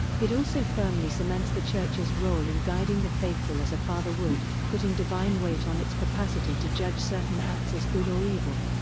it also firmly cements the church's role in guiding the faithful as a father would, putting divine weight on its capacity to judge certain acts as good or evil.